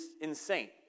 insane